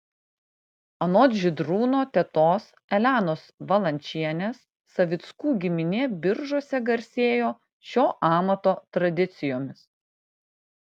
anot žydrūno tetos elenos valančienės savickų giminė biržuose garsėjo šio amato tradicijomis